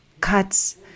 cuts